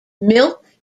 milk